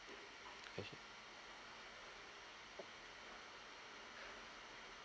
okay